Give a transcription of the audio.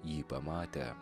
jį pamatę